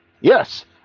Yes